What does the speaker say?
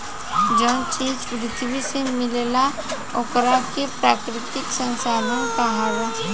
जवन चीज पृथ्वी से मिलेला ओकरा के प्राकृतिक संसाधन कहाला